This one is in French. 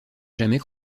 jamais